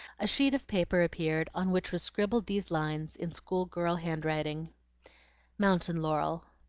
a sheet of paper appeared on which was scribbled these lines in school-girl handwriting mountain laurel